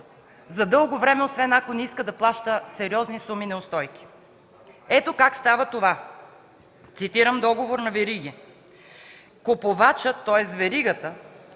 за дълго време, освен ако не иска да плаща сериозни суми неустойки. Ето как става това. Цитирам договор на вериги: „Купувачът, тоест веригата,